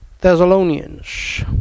Thessalonians